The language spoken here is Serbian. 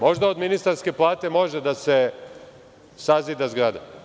Možda od ministarske plate može da se sazida zgrada.